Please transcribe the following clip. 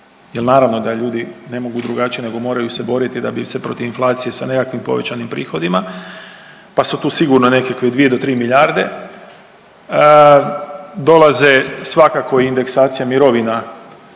jel naravno da ljudi ne mogu drugačije nego moraju se boriti da bi se protiv inflacije sa nekakvim povećanim prihodima, pa su tu sigurno nekakve 2 do 3 milijarde. Dolaze svakako indeksacija mirovina,